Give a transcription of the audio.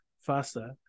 faster